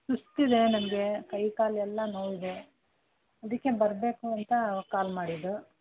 ಸುಸ್ತಿದೆ ನಮಗೆ ಕೈ ಕಾಲೆಲ್ಲ ನೋವು ಇದೆ ಅದಕ್ಕೆ ಬರಬೇಕು ಅಂತ ಕಾಲ್ ಮಾಡಿದ್ದು